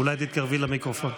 אולי תתקרבי למיקרופון.